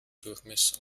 durchmesser